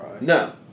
No